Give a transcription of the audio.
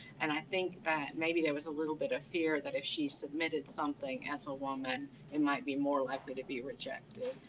and i think that maybe there was a little bit of fear that if she submitted something as a woman it might be more happy to be rejected.